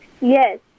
Yes